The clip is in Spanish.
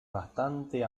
bastante